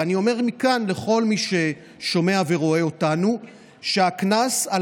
ואני אומר מכאן לכל מי ששומע ורואה אותנו שהקנס על